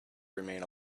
remain